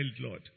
Lord